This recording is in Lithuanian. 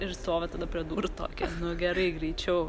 ir stovi tada prie durų tokia nu gerai greičiau